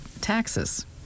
taxes